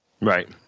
Right